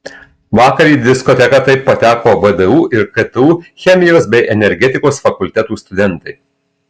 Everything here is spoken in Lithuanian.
vakar į diskoteką taip pateko vdu ir ktu chemijos bei energetikos fakultetų studentai